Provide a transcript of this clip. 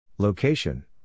Location